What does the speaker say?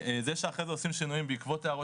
זה שאחרי זה עושים שינויים בעקבות הערות